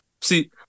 see